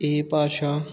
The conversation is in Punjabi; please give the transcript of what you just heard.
ਇਹ ਭਾਸ਼ਾ